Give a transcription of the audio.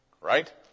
Right